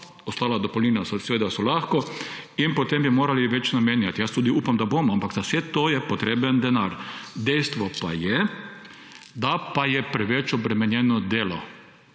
ostala dopolnilna seveda so lahko, in potem bi morali več namenjati. Jaz tudi upam, da bomo, ampak za vse to je potreben denar. Dejstvo pa je, da pa je preveč obremenjeno delo.